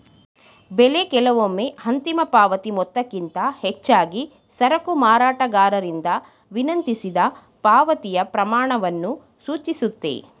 ಬೆಲೆ ಕೆಲವೊಮ್ಮೆ ಅಂತಿಮ ಪಾವತಿ ಮೊತ್ತಕ್ಕಿಂತ ಹೆಚ್ಚಾಗಿ ಸರಕು ಮಾರಾಟಗಾರರಿಂದ ವಿನಂತಿಸಿದ ಪಾವತಿಯ ಪ್ರಮಾಣವನ್ನು ಸೂಚಿಸುತ್ತೆ